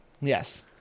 Yes